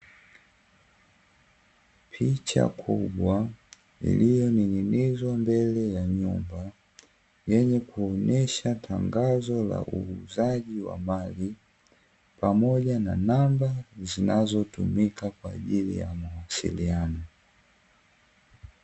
Picha kubwa iliyoning'inizwa mbele ya nyumba yenye kuonesha tangazo la uuzaji wa mali pamoja na namba zinazotumika kwa ajili ya mawasiliano.